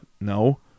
no